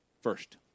First